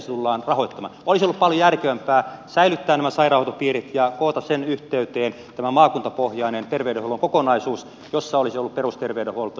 olisi ollut paljon järkevämpää säilyttää nämä sairaanhoitopiirit ja koota niiden yhteyteen tämä maakuntapohjainen terveydenhuollon kokonaisuus jossa olisi ollut perusterveydenhuolto ja erikoissairaanhoito